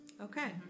Okay